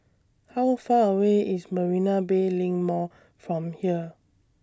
How Far away IS Marina Bay LINK Mall from here